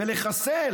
ולחסל